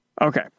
Okay